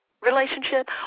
relationship